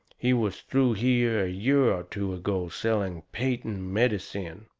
he was through here a year or two ago selling patent medicine.